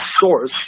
source